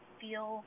feel